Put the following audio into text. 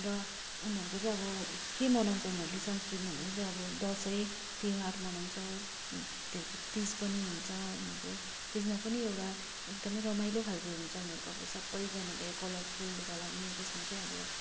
र उनीहरूको चाहिँ अब के मनाउँछ उनीहरूले संस्कृतमा भन्दा चाहिँ त्यो अब दसैँ तिहार मनाउँछ तिज पनि हुन्छ उनीहरूको तिजमा पनि एउटा एकदमै रमाइलो खालको हुन्छ उनीहरूको अब सबैजनाले कलरफुल लुगा लाउने त्यसमा चाहिँ अब